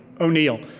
o'neill,